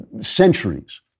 centuries